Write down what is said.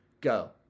Go